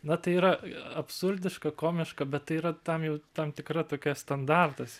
na tai yra absurdiška komiška bet tai yra tam jau tam tikra tokia standartas